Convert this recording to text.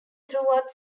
throughout